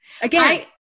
again